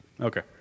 okay